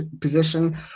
position